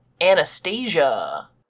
Anastasia